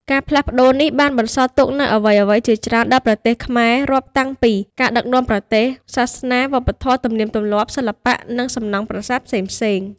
ការផ្លាស់ប្ដូរនេះ បានបន្សល់ទុកនូវអ្វីៗជាច្រើនដល់ប្រទេសខ្មែរ រាប់តាំងពី ការដឹកនាំប្រទេស សាសនា វប្បធម៌ ទំនៀមទម្លាប់ សិល្បៈ និងសំណង់ប្រាសាទផ្សេងៗ។